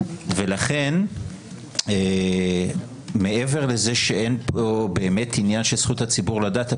ולכן מעבר לזה שאין פה באמת עניין של זכות הציבור לדעת,